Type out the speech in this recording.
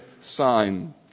sign